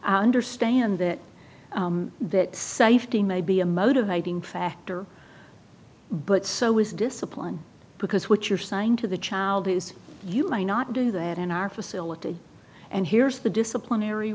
i understand that that safety may be a motivating factor but so is discipline because what you're saying to the child is you may not do that in our facility and here's the disciplinary